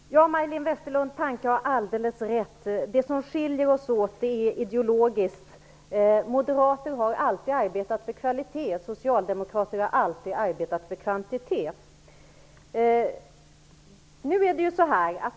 Herr talman! Ja, Majléne Westerlund Panke har alldeles rätt. Det som skiljer oss åt är ideologiskt. Moderater har alltid arbetat för kvalitet, och socialdemokrater har alltid arbetat för kvantitet.